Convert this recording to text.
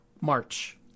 March